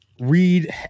Read